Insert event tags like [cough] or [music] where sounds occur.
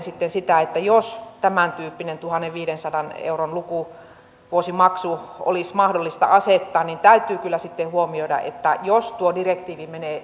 [unintelligible] sitten sitä että jos tämäntyyppinen tuhannenviidensadan euron lukuvuosimaksu olisi mahdollista asettaa niin täytyy kyllä sitten huomioida että jos tuo direktiivi menee [unintelligible]